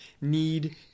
need